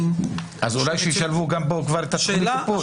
אז אולי שישלבו גם פה כבר את תכנית הטיפול.